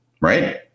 right